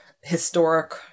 historic